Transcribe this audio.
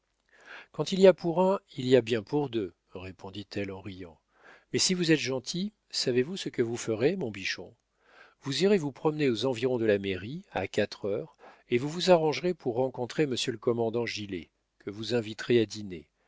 quand il y a pour un il y a bien pour deux répondit elle en riant mais si vous êtes gentil savez vous ce que vous ferez mon bichon vous irez vous promener aux environs de la mairie à quatre heures et vous vous arrangerez pour rencontrer monsieur le commandant gilet que vous inviterez à dîner